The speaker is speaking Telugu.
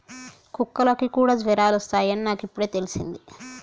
కుక్కలకి కూడా జ్వరాలు వస్తాయ్ అని నాకు ఇప్పుడే తెల్సింది